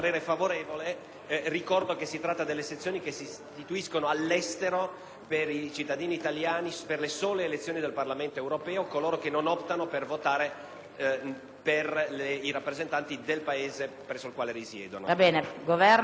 Ricordo che si tratta delle sezioni che si istituiscono all'estero per i cittadini italiani, per le sole elezioni del Parlamento europeo, per coloro che non optano per votare per i rappresentanti del Paese presso il quale risiedono.